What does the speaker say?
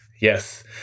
yes